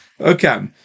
okay